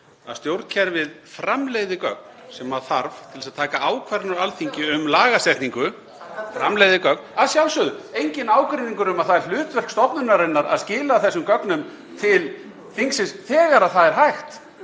að stjórnkerfið framleiði gögn sem þarf til þess að taka ákvarðanir á Alþingi um lagasetningu, (Gripið fram í.) framleiði gögn — að sjálfsögðu, enginn ágreiningur er um að það er hlutverk stofnunarinnar að skila þessum gögnum til þingsins þegar það er hægt.